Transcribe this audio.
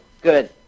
Good